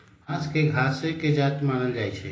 बांस के घासे के जात मानल जाइ छइ